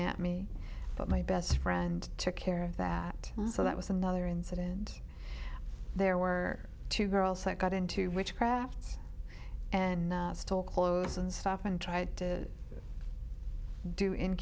at me but my best friend took care that so that was another incident and there were two girls that got into witchcraft and stole clothes and stuff and tried to do in